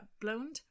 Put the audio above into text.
blown